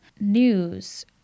news